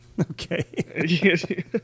Okay